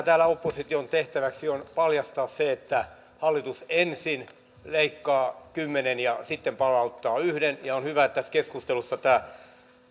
täällä opposition tehtävä on paljastaa se että hallitus ensin leikkaa kymmenen ja sitten palauttaa yhden on hyvä että tässä keskustelussa tämä